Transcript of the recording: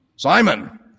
Simon